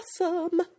awesome